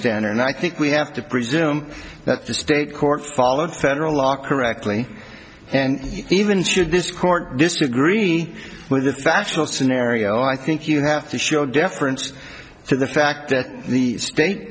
standard and i think we have to presume that the state court followed federal law correctly and even should this court disagree with the factual scenario i think you have to show deference to the fact that the